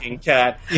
cat